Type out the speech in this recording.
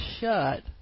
shut